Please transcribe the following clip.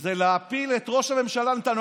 זה להפיל את ראש הממשלה נתניהו.